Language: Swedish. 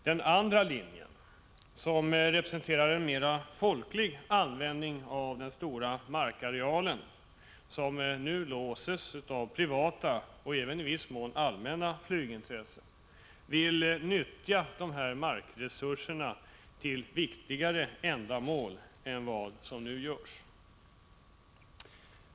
Den andra linjen, som representerar en mer folklig användning av den stora markareal som nu låses av privata — och även i viss mån allmänna — flygintressen, vill nyttja dessa markresurser till viktigare ändamål än vad som nu sker.